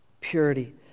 Purity